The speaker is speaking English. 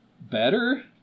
better